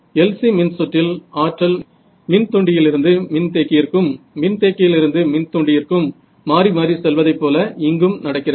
LC மின்சுற்றில் ஆற்றல் மின்தூண்டியிலிருந்து மின்தேக்கியிற்கும் மின்தேக்கியிலிருந்து மின்தூண்டியிற்கும் மாறி மாறி செல்வதைப்போல இங்கும் நடக்கிறது